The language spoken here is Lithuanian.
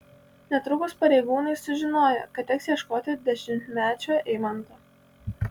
netrukus pareigūnai sužinojo kad teks ieškoti dešimtmečio eimanto